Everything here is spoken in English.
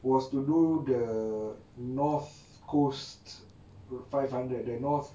was to do the north coast for five hundred that north